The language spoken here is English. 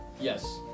Yes